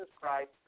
Christ